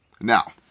now